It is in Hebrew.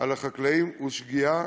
על החקלאים הוא שגיאה,